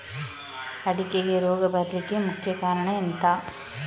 ಅಡಿಕೆಗೆ ರೋಗ ಬರ್ಲಿಕ್ಕೆ ಮುಖ್ಯ ಕಾರಣ ಎಂಥ?